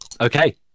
Okay